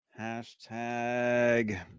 Hashtag